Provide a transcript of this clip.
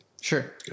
Sure